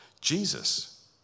Jesus